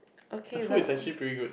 okay well